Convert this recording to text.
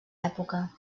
època